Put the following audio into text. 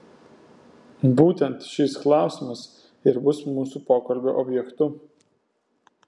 būtent šis klausimas ir bus mūsų pokalbio objektu